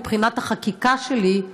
מבחינת החקיקה שלי,